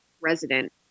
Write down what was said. resident